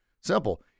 Simple